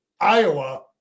Iowa